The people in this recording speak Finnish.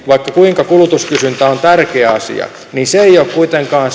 vaikka kuinka kulutuskysyntä on tärkeä asia niin kotimainen kulutuskysyntä ei ole kuitenkaan